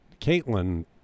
Caitlin